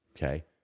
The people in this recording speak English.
Okay